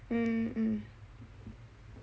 mm mm